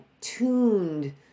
tuned